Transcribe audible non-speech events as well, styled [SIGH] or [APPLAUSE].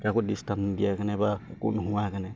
কাকো ডিষ্টাৰ্ৱ নিদিয়া কেনে বা [UNINTELLIGIBLE]